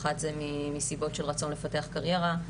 אצל אחת זה רצון לפתח קריירה,